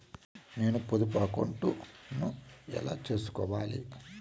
నేను పొదుపు అకౌంటు ను ఎలా సేసుకోవాలి?